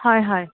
হয় হয়